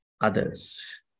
others